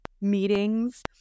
meetings